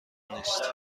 نیست